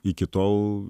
iki tol